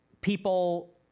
people